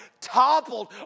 toppled